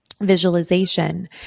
visualization